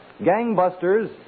Gangbusters